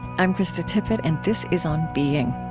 i'm krista tippett, and this is on being.